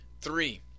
Three